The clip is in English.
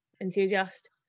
enthusiast